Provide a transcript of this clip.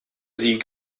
sie